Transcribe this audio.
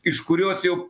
iš kurios jau